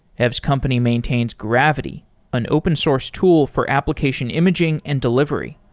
ev's company maintains gravity, an open source tool for application imaging and delivery.